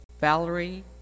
Valerie